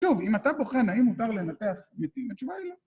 טוב, אם אתה בוחן, האם מותר לנתח מתים התשובה היא לא